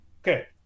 okay